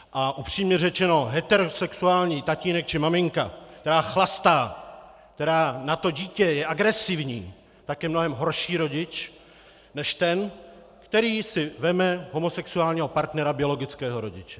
A upřímně řečeno, heterosexuální tatínek či maminka, která chlastá, která je na to dítě agresivní, je mnohem horší rodič než ten, který si vezme homosexuálního partnera biologického rodiče.